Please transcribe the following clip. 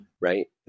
right